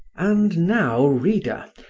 and now, reader,